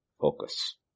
focus